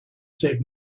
save